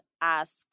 ask